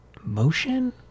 motion